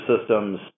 systems